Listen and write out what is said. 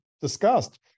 discussed